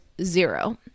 zero